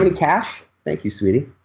and cash? thank you sweetie.